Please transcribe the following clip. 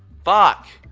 fuck!